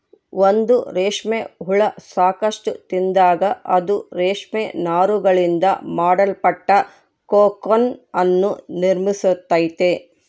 ಒಂದು ರೇಷ್ಮೆ ಹುಳ ಸಾಕಷ್ಟು ತಿಂದಾಗ, ಅದು ರೇಷ್ಮೆ ನಾರುಗಳಿಂದ ಮಾಡಲ್ಪಟ್ಟ ಕೋಕೂನ್ ಅನ್ನು ನಿರ್ಮಿಸ್ತೈತೆ